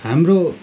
हाम्रो